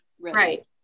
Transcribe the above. right